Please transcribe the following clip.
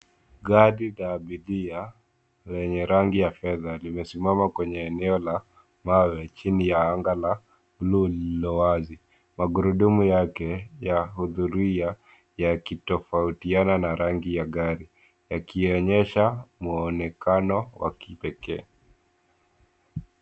Gari la abiria lenye rangi ya fedha limesimama kwenye eneo la mawe chini ya anga la bluu lililo wazi. Magurudumu yake ya hudhurungi yakitofautiana na rangi ya gari yakionyesha mwonekano wa kipekee.